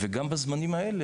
וגם בזמנים האלה,